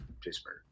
Pittsburgh